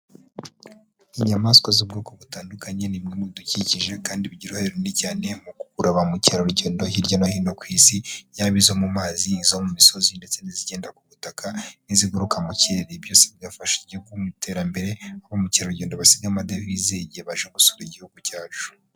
Inyamaswa z'ubwoko butandukanye ni bimwe mu bidukikije kandi bigira uruhahe runini cyane mu gukurura ba mukerarugendo hirya no hino ku isi, yaba izo mu mazi, izo mu misozi ndetse n'izigenda ku butaka n'iziguruka mu kirere, ibi byose bigafasha igihugu mu iterambere, ba mukerarugendo basiga amadevize igihe baje gusura igihugu cyacu.